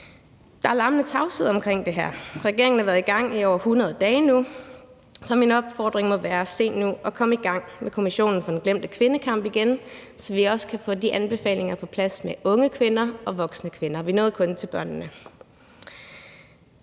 Der er larmende tavshed omkring det her. Regeringen har nu været i gang i over 100 dage, så min opfordring må være: Se nu at komme i gang med Kommissionen for den glemte kvindekamp igen, så vi også kan få anbefalingerne omkring unge kvinder og voksne kvinder på plads. Vi nåede kun til børnene.